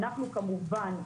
אנחנו כמובן,